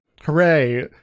hooray